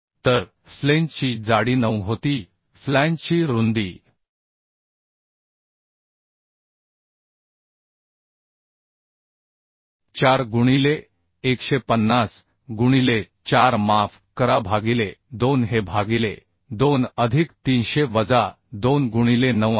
तर फ्लेंजची जाडी 9 होती फ्लॅंजची रुंदी 4 गुणिले 150 गुणिले 4 माफ करा भागिले 2 हे भागिले 2 अधिक 300 वजा 2 गुणिले 9 आहे